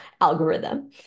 algorithm